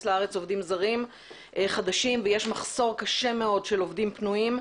לארץ עובדים זרים חדשים ויש מחסור קשה מאוד של עובדים פנויים,